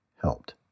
helped